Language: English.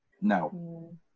No